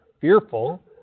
fearful